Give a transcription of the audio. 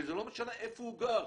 וזה לא משנה איפה הוא גר.